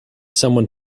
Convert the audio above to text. someone